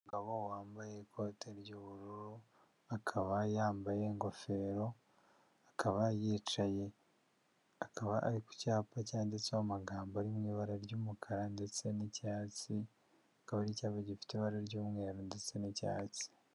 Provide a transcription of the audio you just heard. Umugabo wambaye ikote ry'ubururu, akaba yambaye ingofero, akaba yicaye, akaba ari ku cyapa cyanditseho amagambo ari mu ibara ry'umukara ndetse n'icyatsi, akaba ari icyapa gifite ibara ry'umweru ndetse n'icyatsi.